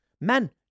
men